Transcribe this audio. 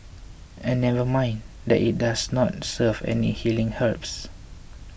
and never mind that it does not serve any healing herbs